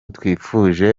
twifuje